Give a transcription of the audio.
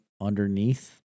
underneath